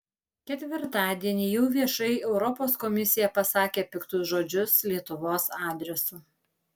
ketvirtadienį jau viešai europos komisija pasakė piktus žodžius lietuvos adresu